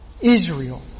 Israel